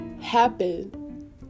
happen